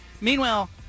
meanwhile